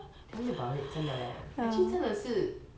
tell me about it 真的 leh actually 真的是